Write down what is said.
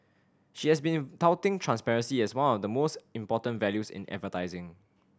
she has been touting transparency as one of the most important values in advertising